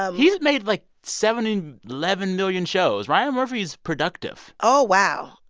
um he's made, like, seventy eleven million shows. ryan murphy is productive oh, wow.